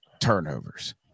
turnovers